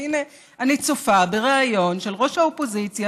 והינה אני צופה בריאיון של ראש האופוזיציה